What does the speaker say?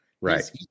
Right